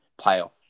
playoff